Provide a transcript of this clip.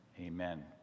Amen